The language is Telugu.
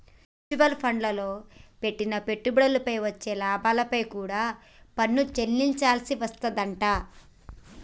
మ్యూచువల్ ఫండ్లల్లో పెట్టిన పెట్టుబడిపై వచ్చే లాభాలపై కూడా పన్ను చెల్లించాల్సి వస్తాదంట